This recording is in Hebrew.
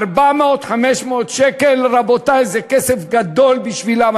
500-400 שקל, רבותי, זה כסף גדול בשבילם.